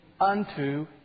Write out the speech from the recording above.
unto